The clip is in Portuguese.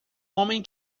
homem